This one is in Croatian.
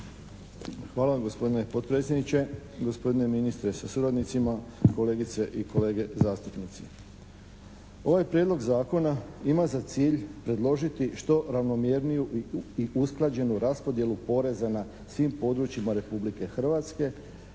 vam gospodine potpredsjedniče. Gospodine ministre sa suradnicima, kolegice i kolege zastupnici. Ovaj prijedlog zakona ima za cilj predložiti što ravnomjerniju i usklađenu raspodjelu poreza na svim područjima Republike Hrvatske